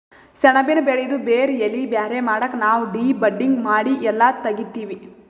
ಸೆಣಬಿನ್ ಬೆಳಿದು ಬೇರ್ ಎಲಿ ಬ್ಯಾರೆ ಮಾಡಕ್ ನಾವ್ ಡಿ ಬಡ್ಡಿಂಗ್ ಮಾಡಿ ಎಲ್ಲಾ ತೆಗಿತ್ತೀವಿ